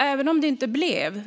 Även om det,